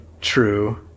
true